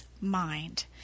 mind